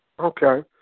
Okay